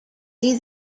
see